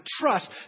trust